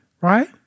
right